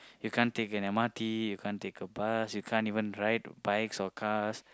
you can't take an M_R_T you can't take bus you can't even ride bikes or cars